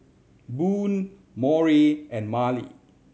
Boone Maury and Marlie